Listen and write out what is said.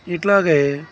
ఇట్లాగే